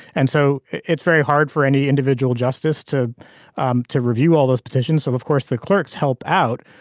and so it's very hard for any individual justice to um to review all those petitions so of course the clerks help out.